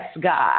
God